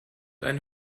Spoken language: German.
eine